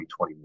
2021